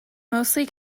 mostly